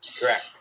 Correct